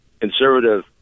conservative